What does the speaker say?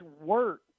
work